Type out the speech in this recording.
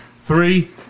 Three